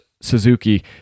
Suzuki